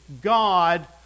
God